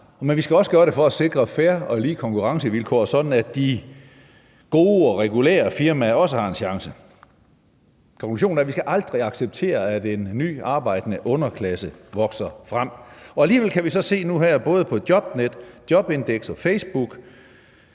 men vi skal også gøre det for at sikre fair og lige konkurrencevilkår, sådan at de gode og regulære firmaer også har en chance. Konklusionen er, at vi aldrig skal acceptere, at en ny arbejdende underklasse vokser frem. Alligevel kan vi se nu her på både Jobnet, Jobindex og Facebook,